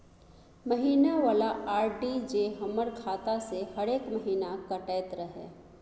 महीना वाला आर.डी जे हमर खाता से हरेक महीना कटैत रहे?